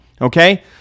Okay